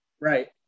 Right